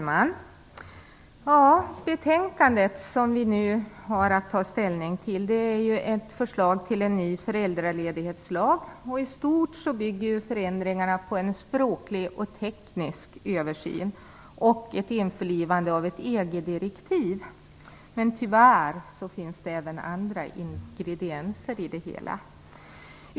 Fru talman! Betänkandet vi nu har att ta ställning till behandlar ett förslag till en ny föräldraledighetslag. I stort bygger förändringarna på en språklig och teknisk översyn och ett införlivande av ett EG direktiv, men tyvärr finns det även andra ingredienser i det hela.